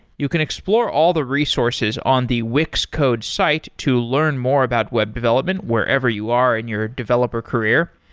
you can explore all the resources on the wix code's site to learn more about web development wherever you are in your developer career.